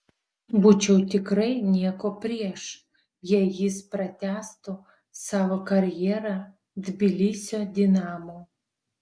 būčiau tikrai nieko prieš jei jis pratęstų savo karjerą tbilisio dinamo